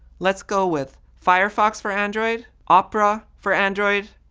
let's go with firefox for android, opera for android,